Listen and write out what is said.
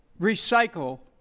recycle